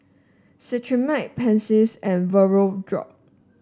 Cetrimide Pansy and Vapodrops